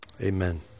Amen